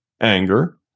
anger